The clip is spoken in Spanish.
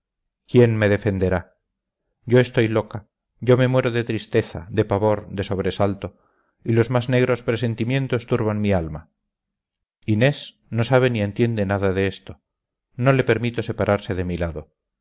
quién me defenderá yo estoy loca yo me muero de tristeza de pavor de sobresalto y los más negros presentimientos turban mi alma inés no sabe ni entiende nada de esto no le permito separarse de mi lado